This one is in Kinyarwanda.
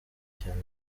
cyane